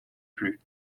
plus